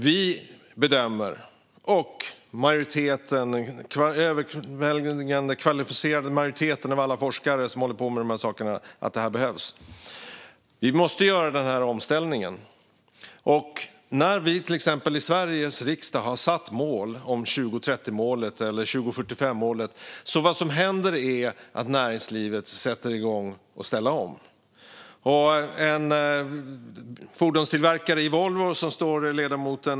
Vi och den överväldigande majoriteten av alla forskare som håller på med dessa saker anser att omställningen behövs. När vi i Sveriges riksdag sätter upp målen 2030 och 2045 sätter näringslivet igång med att ställa om.